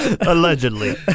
Allegedly